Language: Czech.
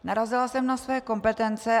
Narazila jsem na své kompetence.